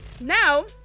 Now